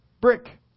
brick